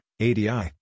ADI